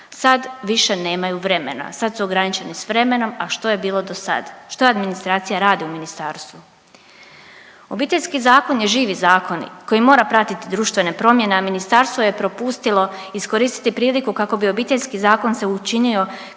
Sad više nemaju vremena, sad su ograničeni s vremenom, a što je bilo do sad. Što administracija radi u ministarstvu? Obiteljski zakon je živi zakon koji mora pratiti društvene promjene, a ministarstvo je propustilo iskoristiti priliku kako bi Obiteljski zakon se učinio